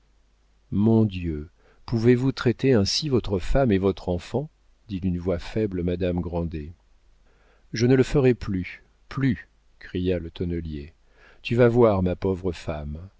mon dieu pouvez-vous traiter ainsi votre femme et votre enfant dit d'une voix faible madame grandet je ne le ferai plus plus cria le tonnelier tu vas voir ma pauvre femme